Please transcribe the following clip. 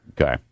Okay